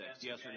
Yes